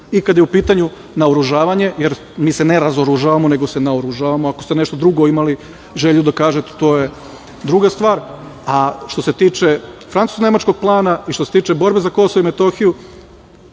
i kada je u pitanju naoružavanje, jer mi se ne razoružavamo, nego se naoružavamo, ako ste nešto drugo imali želju da kažete, to je druga stvar. Što se tiče francusko-nemačkog plana i što se tiče borbe za Kosovo i Metohiju,